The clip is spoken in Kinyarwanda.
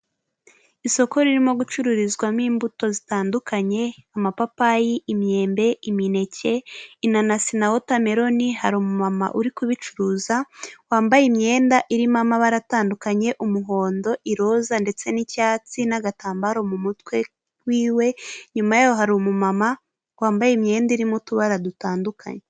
Isoko ririmo gucururizwamo imbuto zitandukanye, amapapayi, imyembe, imineke inanasi na wotameroni, hari umumama uri kubicuruza wambaye imyenda irimo amabara atandukanye umuhondo, iroza ndetse n'icyatsi n'agatambaro mu mutwe wiwe, inyuma yayo hari umumama wambaye imyenda irimo utubara dutandukanye.